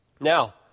Now